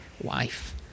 wife